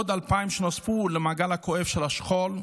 עוד אלפים שנוספו למעגל הכואב של השכול,